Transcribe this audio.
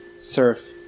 surf